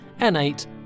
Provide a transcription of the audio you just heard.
N8